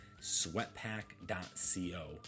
sweatpack.co